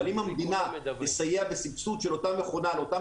אבל אם המדינה תסייע בסבסוד של אותה מכונה על אותם